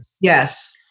Yes